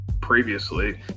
previously